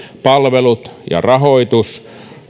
palvelut ja rahoitus